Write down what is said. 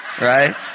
right